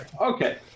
Okay